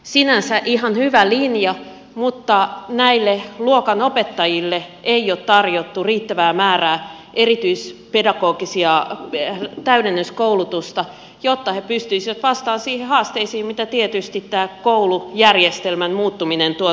sinänsä ihan hyvä linja mutta näille luokanopettajille ei ole tarjottu riittävää määrää erityispedagogista täydennyskoulutusta jotta he pystyisivät vastaamaan siihen haasteeseen mitä tietysti tämä koulujärjestelmän muuttuminen tuo tullessaan